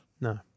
No